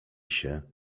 się